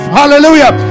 hallelujah